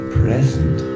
present